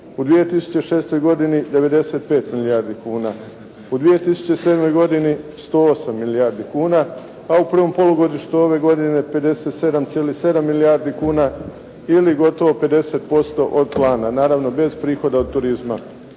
u 2006. godini 95 milijardi kuna. U 2007. godini 108 milijardi kuna. A u prvom polugodištu ove godine 57,7 milijardi kuna ili gotovo 50% od plana. Naravno bez prihoda od turizma.